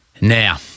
Now